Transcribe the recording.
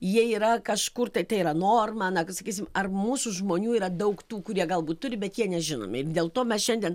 jie yra kažkur tai tai yra norma na pasakysim ar mūsų žmonių yra daug tų kurie galbūt turi bet jie nežinomi dėl to mes šiandien